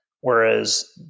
Whereas